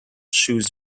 shoes